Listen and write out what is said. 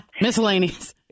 miscellaneous